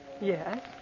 Yes